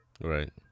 Right